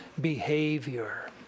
behavior